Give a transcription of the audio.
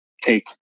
take